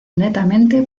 netamente